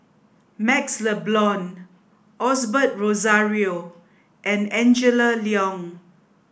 MaxLe Blond Osbert Rozario and Angela Liong